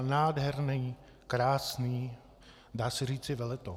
Nádherný, krásný dá se říci veletok.